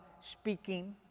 speaking